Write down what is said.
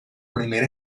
primer